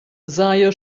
s’haja